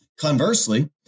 conversely